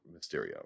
Mysterio